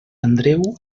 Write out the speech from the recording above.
andreu